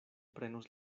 prenos